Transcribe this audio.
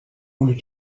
want